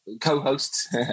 co-hosts